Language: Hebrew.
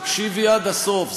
תקשיבי עד הסוף,